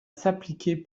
s’appliquer